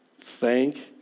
Thank